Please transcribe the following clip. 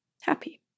Happy